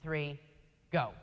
three go